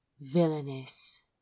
Villainous